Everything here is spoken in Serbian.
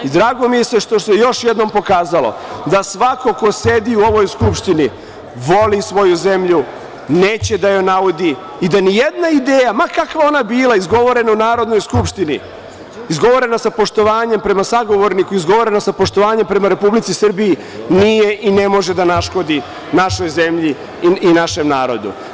Drago mi je što ste još jednom pokazalo da svako ko sedi u ovoj Skupštini voli svoju zemlju, neće da joj naudi i da nijedna ideja, ma kakva ona bila izgovorena u Narodnoj skupštini, izgovorena sa poštovanjem prema sagovorniku, izgovorena sa poštovanje prema Republici Srbiji, nije i ne može da naškodi našoj zemlji i našem narodu.